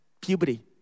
puberty